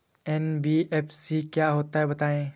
NBFC क्या होता है बताएँ?